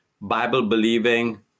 Bible-believing